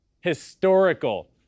historical